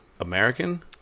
American